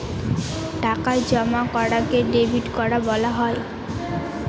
টাকা জমা করাকে ডেবিট করা বলা হয়